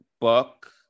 book